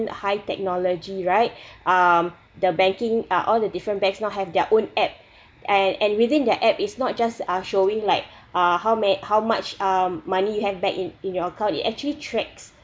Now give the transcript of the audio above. high technology right um the banking uh all the different banks not have their own app and and within their app is not just uh showing like uh how ma~ how much uh money you have back in in your account it actually tracks